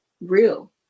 real